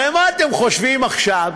הרי מה אתם חושבים עכשיו,